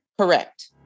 Correct